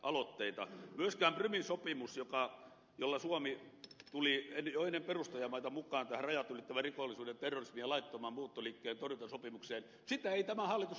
myöskään prumin sopimusta johon suomi tuli mukaan jo ennen perustajamaita tähän rajat ylittävän rikollisuuden terrorismin ja laittoman muuttoliikkeen torjuntasopimukseen ei tämä hallitus ole tuonut esille